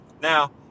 Now